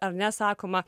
ar ne sakoma